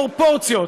פרופורציות.